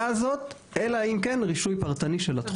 הזאת אלא אם כן רישוי פרטני של התחום.